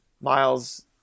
Miles